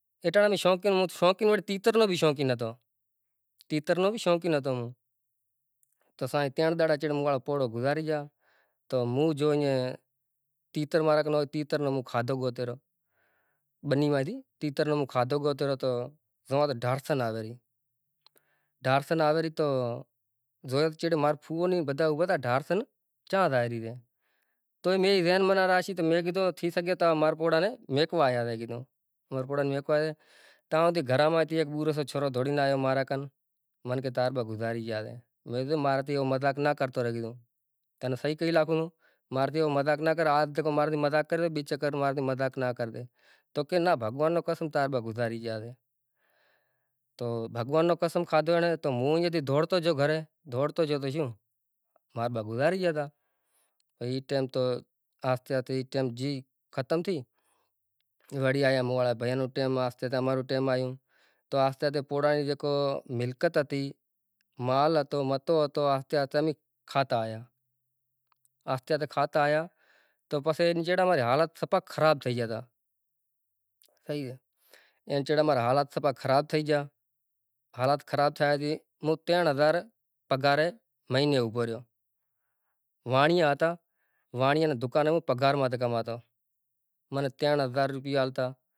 ایٹانڑے امے شوقین ہوں تو شوقین وری تیتر نو بی شوقین ہتو۔ تیتر نو بی شوقین ہتو موں۔ تو اساں ترن ڈن پچھی مارا پوڑو گزاری ویا۔ تو مو جو ائیں تیتر مارک نو تیتر نو مو خادو گوتی رو۔ بنی واری تیتر نو مو کھادو گوتی ریتو زوھا تو ڈھارسل آھے وری۔ ڈھارسل آوے ری تو زوئے مارک بدھائے ابھا ڈھارسن چی زاہری تے۔ تو می ذہن بنا راشی مے کدھو تھی سکی تمے مار پوڑا نے میکو آیا مے کیدھو۔ مارا پوڑا نے میک وایا اے۔ تان ایک گھراں ماں تی ایک بھورو سو چھورو دوڑی نی آیو مارا کن منے کے تارا با گزاری ویا سے مے کدھو مارا سی ایوو مذاق نہ کرتو رے کدھو تنے سئی کئی لاکھوں سوں مارا تی ایوو مذاق نہ کر ۔ آج مارا سی مذاق کری لے بی چکر مارا سی مذاق نا کرجے۔ تو کے نا بھگوان نو قسم تارا با گزاری گیا سے۔ تو بھگوان نو قسم کھادو اینے تو موں ایاں تھی دوڑتو جیو گھرے دوڑتو جیو تو شوں مارا با کزاری گیا تا۔ ای ٹائم تو آہستے آہستے ای ٹائم جی ختم تھی، وڑی آیا موں واڑا بھیا نو ٹائم آہستے تو امارے ٹائم آیوں۔ تو آہستہ اہستہ پوڑا نی جیکو ملکیت ہتی، مال ہتو متو ہتو آہستہ آہستہ امے کھاتا آیا۔ آہستے آہستے کھاتا آیا تو پسے اینا چیڑے ماری حالت سفا خراب تھئی گیا تا۔ سیح سے۔ این چیڑا مارا حالات سفا خراب تھئی گیا ، حالاات خراب تھایا تی مو تین ہزار پگار مہینو اوبھو ریو۔ وانڑیا ہتا وانڑیا نا دکانے ہوں پگار ماتے کماتو ۔ منے تین ہزار روپیہ آلتا۔